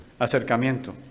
Acercamiento